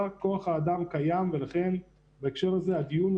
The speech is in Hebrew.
חלק מהחולים יכולים להיות בקהילה, יכולים להיות